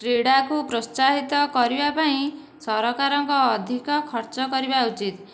କ୍ରୀଡ଼ାକୁ ପ୍ରୋତ୍ସାହିତ କରିବା ପାଇଁ ସରକାରଙ୍କ ଅଧିକ ଖର୍ଚ୍ଚ କରିବା ଉଚିତ